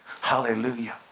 Hallelujah